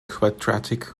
quadratic